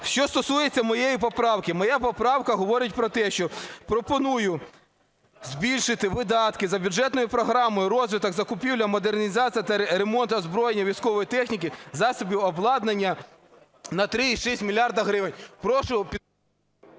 Що стосується моєї поправки. Моя поправка говорить про те, що пропоную збільшити видатки за бюджетною програмою "Розвиток, закупівля, модернізація та ремонт озброєння, військової техніки, засобів обладнання" на 3,6 мільярда